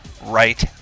right